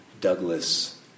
Douglas